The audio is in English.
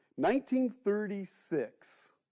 1936